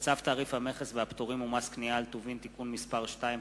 צו תעריף המכס והפטורים ומס קנייה על טובין (תיקון מס' 2),